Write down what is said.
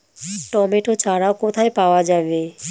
Tomato চারা কোথায় পাওয়া যাবে?